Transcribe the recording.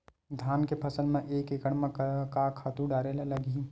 धान के फसल म एक एकड़ म का का खातु डारेल लगही?